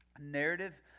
narrative